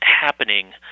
happening